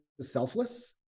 selfless